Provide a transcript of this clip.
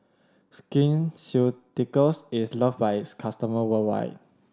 Skin Ceuticals is loved by its customer worldwide